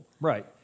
Right